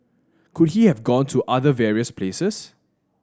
could he have gone to other various places